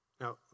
Now